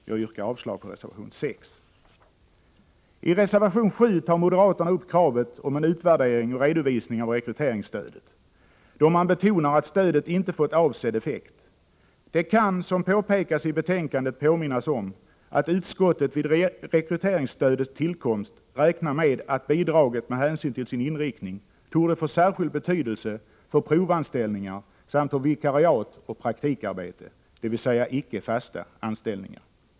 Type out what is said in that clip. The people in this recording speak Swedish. Jag yrkar avslag på reservation 6. I reservation 7 tar moderaterna upp kravet på en utvärdering och redovisning av rekryteringsstödet. Man betonar att stödet inte fått avsedd effekt. Det kan, som påpekas i betänkandet, påminnas om att utskottet vid rekryteringsstödets tillkomst räknade med att bidraget med hänsyn till sin inriktning torde få särskild betydelse för provanställningar samt för vikariat och praktikarbete, dvs. icke fasta anställningar.